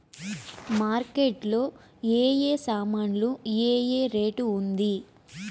Market లో ఏ ఏ సామాన్లు ఏ ఏ రేటు ఉంది?